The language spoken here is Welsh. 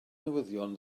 newyddion